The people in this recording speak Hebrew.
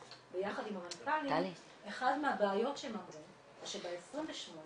ביחד עם המנכ"לים אחת מהבעיות שם זה שב-28,